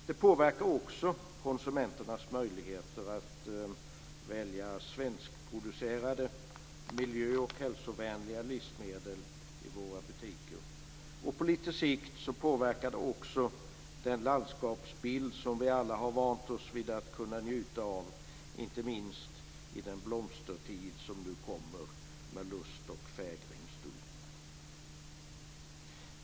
Det påverkar vidare konsumenternas möjligheter att välja svenskproducerade miljö och hälsovänliga livsmedel i våra butiker. På lite sikt påverkar det också den landskapsbild som vi alla har vant oss vid att kunna njuta av, inte minst i den blomstertid som nu kommer med lust och fägring stor.